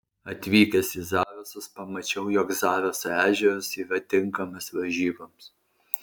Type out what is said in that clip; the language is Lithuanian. atvykęs į zarasus pamačiau jog zaraso ežeras yra tinkamas varžyboms